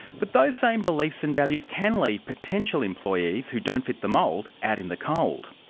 but those same beliefs and values can lead potential employees, who don't fit the mould, out in the cold.